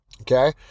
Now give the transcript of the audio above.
Okay